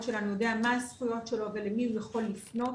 שלנו יודע מה הזכויות שלו ולמי הוא יכול לפנות.